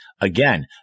again